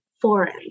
foreign